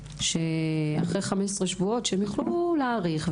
שאחרי 15 שבועות שהן יוכלו להאריך,